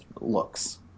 looks